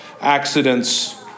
accidents